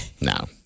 No